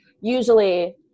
Usually